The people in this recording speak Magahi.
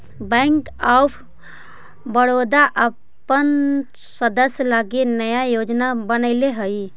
बैंक ऑफ बड़ोदा अपन सदस्य लगी नया योजना बनैले हइ